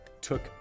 took